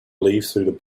leafed